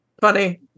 funny